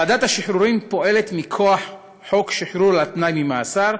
ועדת השחרורים פועלת מכוח חוק שחרור על תנאי ממאסר,